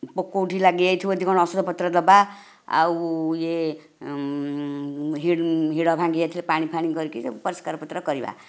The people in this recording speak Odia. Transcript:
ପୋକ କେଉଁଠି ଲାଗିଯାଇଥିବ ଟିକେ ଔଷଧ ପତ୍ର ଦେବା ଆଉ ଇଏ ହିଡ଼ ଭାଙ୍ଗିଯାଇଥିଲେ ପାଣି ଫାଣି କରିକି ସବୁ ପରିଷ୍କାର ପତ୍ର କରିବା